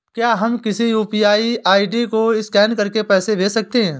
क्या हम किसी यू.पी.आई आई.डी को स्कैन करके पैसे भेज सकते हैं?